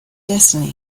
destiny